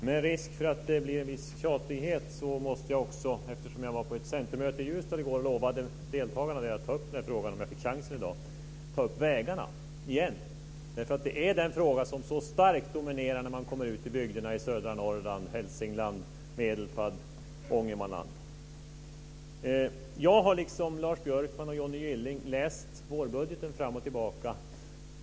Fru talman! Med risk för en viss tjatighet måste jag också ta upp denna fråga om vägarna. Jag var på ett centermöte i Ljusdal i går och lovade deltagarna att ta upp frågan om jag fick chansen i dag. Det är den fråga som starkt dominerar i bygderna i södra Jag har, liksom Lars Björkman och Johnny Gylling, läst vårbudgeten fram och tillbaka.